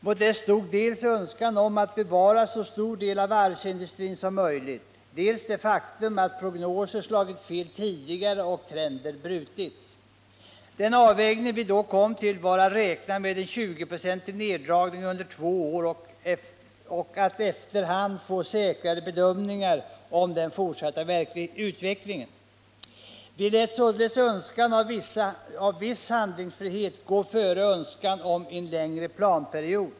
Mot det stod dels önskan att bevara så stor del av varvsindustrin som möjligt, dels det faktum att prognoser har slagit fel tidigare och trender brutits. Den avvägning som vi då kom fram till var att räkna med en 20-procentig neddragning under två år och att efter hand få säkrare bedömningar om den fortsatta utvecklingen. Vi lät således önskan om viss handlingsfrihet gå före önskan om en längre planperiod.